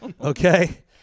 Okay